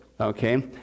okay